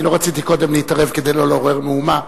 אני לא רציתי קודם להתערב כדי לא לעורר מהומה.